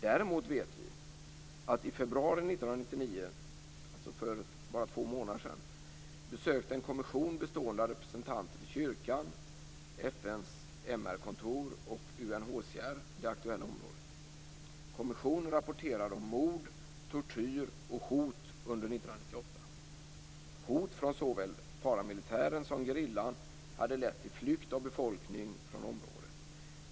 Däremot vet vi att i februari 1999, dvs. för bara två månader sedan, besökte en kommission bestående av representanter för kyrkan, FN:s MR-kontor och UNHCR det aktuella området. Kommissionen rapporterade om mord, tortyr och hot under 1998. Hot från såväl paramilitären som gerillan hade lett till flykt av befolkning från området.